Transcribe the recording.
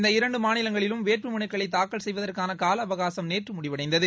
இந்த இரண்டு மாநிலங்களிலும் வேட்புமனுக்களை தாக்கல் செய்வதற்கான கால அவகாசம் நேற்று முடிவடைந்தது